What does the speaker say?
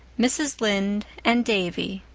mrs. lynde and davy.